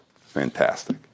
Fantastic